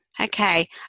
Okay